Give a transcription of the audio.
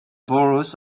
borough